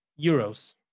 euros